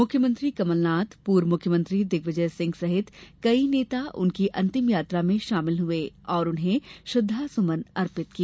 मुख्यमंत्री कमलनाथ पूर्व मुख्यमंत्री दिग्विजय सिंह सहित कई नेता उनके अंतिम यात्रा में शामिल हुये और उन्हें श्रद्धांजलि अर्पित की